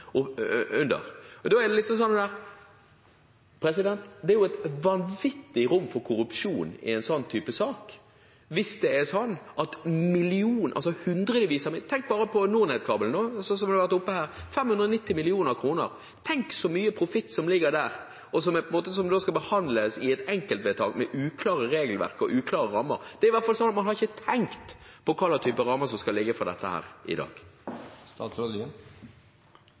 Da er det jo et vanvittig rom for korrupsjon i en sånn type sak hvis hundrevis av millioner – tenk bare på NorNed-kabelen, som har vært nevnt her, 590 mill. kr, tenk så mye profitt som ligger der – skal behandles i et enkeltvedtak med uklare regelverk og uklare rammer. Det er i hvert fall slik at man ikke har tenkt på hva slags type rammer det skal være for dette i dag. Var det et spørsmål i